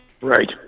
Right